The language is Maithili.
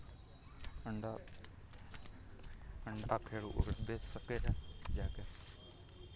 अण्डा अण्डा फेर ओ बेचि सकैए जाए कऽ